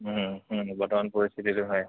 বৰ্তমান পৰিস্থিতিটো হয়